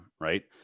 right